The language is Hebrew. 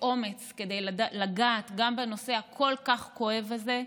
אומץ כדי לגעת גם בנושא הכל-כך כואב הזה,